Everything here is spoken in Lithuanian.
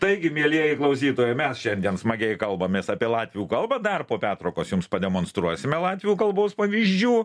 taigi mielieji klausytojai mes šiandien smagiai kalbamės apie latvių kalbą dar po pertraukos jums pademonstruosime latvių kalbos pavyzdžių